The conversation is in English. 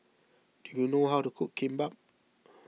do you know how to cook Kimbap